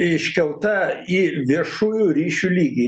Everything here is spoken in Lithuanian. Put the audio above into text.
iškelta į viešųjų ryšių lygį